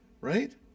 Right